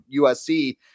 USC